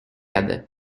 other